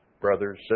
brothers